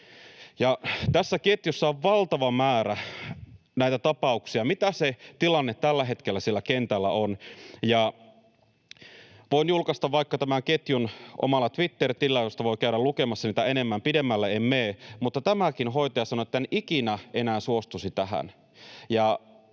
Tässä ketjussa on valtava määrä näitä tapauksia, mitä se tilanne tällä hetkellä siellä kentällä on, ja voin vaikka julkaista tämän ketjun omalla Twitter-tililläni, josta voi käydä lukemassa niitä enemmän, pidemmälle en mene, mutta tämäkin hoitaja sanoi, että en ikinä enää suostuisi tähän.